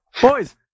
Boys